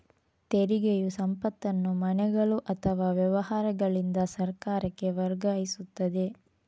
ತೆರಿಗೆಯು ಸಂಪತ್ತನ್ನು ಮನೆಗಳು ಅಥವಾ ವ್ಯವಹಾರಗಳಿಂದ ಸರ್ಕಾರಕ್ಕೆ ವರ್ಗಾಯಿಸುತ್ತದೆ